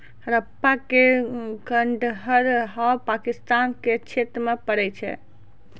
हड़प्पा के खंडहर आब पाकिस्तान के क्षेत्र मे पड़ै छै